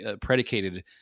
predicated